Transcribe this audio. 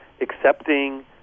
accepting